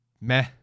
meh